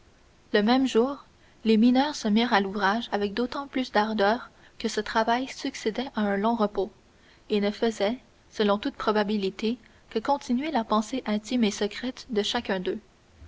le même jour les mineurs se mirent à l'ouvrage avec d'autant plus d'ardeur que ce travail succédait à un long repos et ne faisait selon toute probabilité que continuer la pensée intime et secrète de chacun d'eux